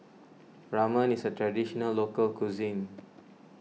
Ramen is a Traditional Local Cuisine